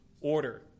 order